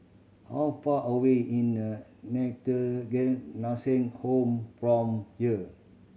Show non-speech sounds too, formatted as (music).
how far away in a (unintelligible) Nursing Home from here